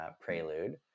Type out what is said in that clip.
Prelude